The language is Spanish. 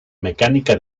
mecánica